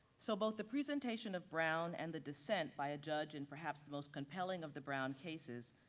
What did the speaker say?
so both the presentation of brown and the dissent by a judge and perhaps the most compelling of the brown cases,